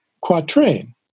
quatrain